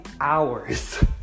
hours